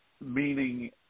meaning